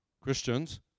Christians